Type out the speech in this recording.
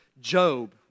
Job